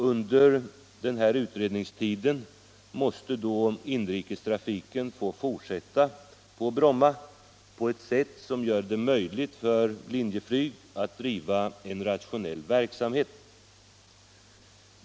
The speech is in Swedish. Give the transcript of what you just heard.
Under utredningstiden måste inrikestrafiken få fortsätta på Bromma på ett sätt som gör det möjligt för AB Linjeflyg att driva en rationell verksamhet.